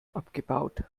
abgebaut